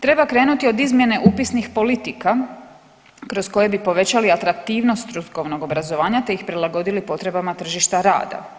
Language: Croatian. Treba krenuti od izmjene upisnih politika kroz koje bi povećali atraktivnost strukovnog obrazovanja, te ih prilagodili potrebama tržišta rada.